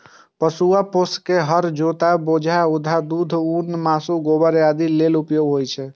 पोसुआ पशु के हर जोतय, बोझा उघै, दूध, ऊन, मासु, गोबर आदि लेल उपयोग होइ छै